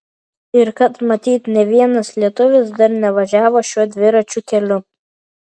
ir kad matyt nė vienas lietuvis dar nevažiavo šiuo dviračių keliu